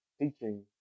Teaching